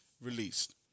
released